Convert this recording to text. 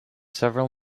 several